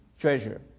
treasure